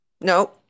No